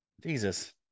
Jesus